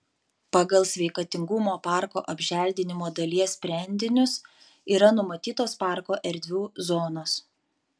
pagal sveikatingumo parko apželdinimo dalies sprendinius yra numatytos parko erdvių zonos